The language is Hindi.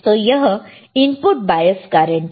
तो यह इनपुट बायस करंट है